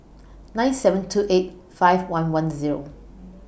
nine seven two eight five one one Zero